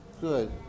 good